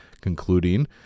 concluding